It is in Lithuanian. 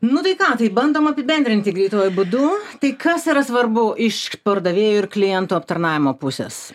nu tai ką tai bandom apibendrinti greituoju būdu tai kas yra svarbu iš pardavėjų ir klientų aptarnavimo pusės